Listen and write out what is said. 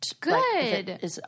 Good